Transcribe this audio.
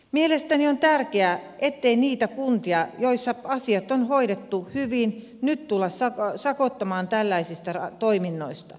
mielestäni on tärkeää ettei niitä kuntia joissa asiat on hoidettu hyvin nyt tulla sakottamaan tällaisista toiminnoista